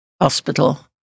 hospital